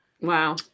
Wow